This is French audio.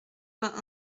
vingt